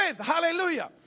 Hallelujah